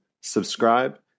subscribe